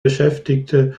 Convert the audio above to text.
beschäftigte